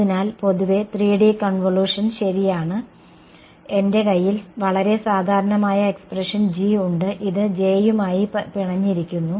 അതിനാൽ പൊതുവേ 3D convolution ശരിയാണ് എന്റെ കൈയിൽ വളരെ സാധാരണമായ എക്സ്പ്രെഷൻ G ഉണ്ട് ഇത് J യുമായി പിണഞ്ഞിരിക്കുന്നു